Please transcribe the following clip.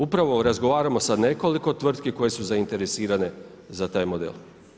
Upravo razgovaramo sa nekoliko tvrtki koje su zainteresirane za taj model.